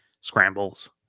scrambles